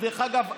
דרך אגב,